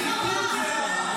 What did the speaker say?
הליכוד זה רמה.